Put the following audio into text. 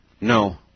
No